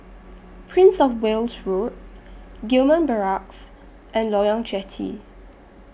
Prince of Wales Road Gillman Barracks and Loyang Jetty